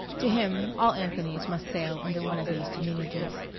to him all anthonys must sail under one of these diminutives.